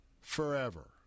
forever